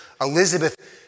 Elizabeth